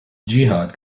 jihad